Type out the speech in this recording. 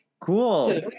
Cool